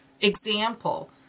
example